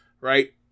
right